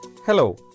Hello